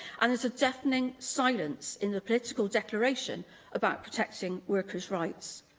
and there's a deafening silence in the political declaration about protecting workers' rights.